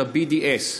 של ה-BDS.